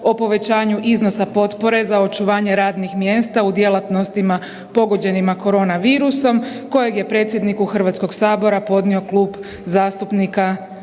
o povećanju iznosa potpore za očuvanje radnih mjesta u djelatnostima pogođenima korona virusom kojeg je predsjedniku Hrvatskog sabora podnio Klub zastupnika SDP-a.